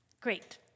Great